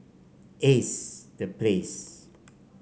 Ace The Place